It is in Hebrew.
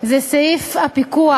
זה סעיף הפיקוח.